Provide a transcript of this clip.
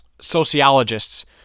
sociologists